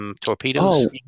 Torpedoes